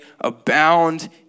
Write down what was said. abound